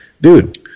dude